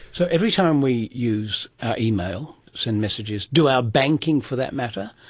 so every time we use our emails so and messages, do our banking for that matter,